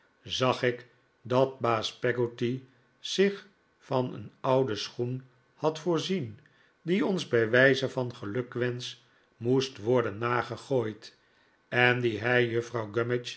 zag ik dat baas peggotty zich van een ouden schoen had voorzien die ons bij wijze van gelukwensch moest worden nagegooid en dien hij juffrouw